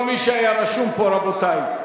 כל מי שהיה רשום פה, רבותי.